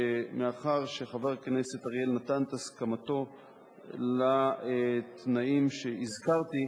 מאחר שחבר הכנסת אריאל נתן את הסכמתו לתנאים שהזכרתי,